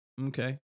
Okay